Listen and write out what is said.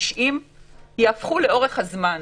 90 יהפכו לאורך הזמן,